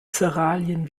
zerealien